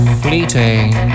fleeting